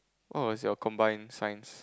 what was your combined science